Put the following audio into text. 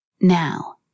Now